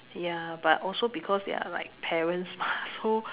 ya but also they are like parents mah so